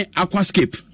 aquascape